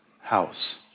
house